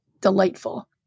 delightful